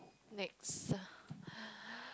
next